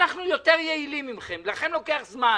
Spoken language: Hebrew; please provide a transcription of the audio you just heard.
אנחנו יותר יעילים מכם, לכם לוקח זמן.